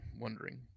wondering